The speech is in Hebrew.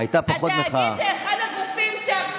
חבל שלא אמרתם.